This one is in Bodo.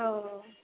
औ